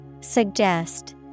Suggest